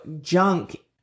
junk